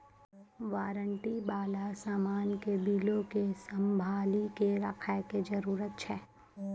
warranty बाला समान के बिलो के संभाली के रखै के जरूरत छै